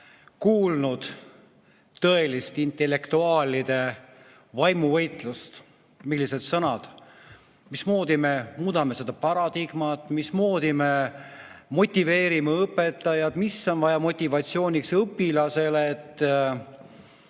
kuulnud tõelist intellektuaalide vaimuvõitlust. Millised sõnad! Mismoodi me muudame seda paradigmat, mismoodi me motiveerime õpetajaid, mida on vaja motivatsiooniks õpilastele, et